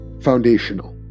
foundational